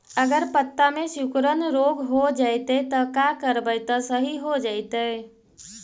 अगर पत्ता में सिकुड़न रोग हो जैतै त का करबै त सहि हो जैतै?